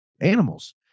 animals